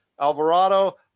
Alvarado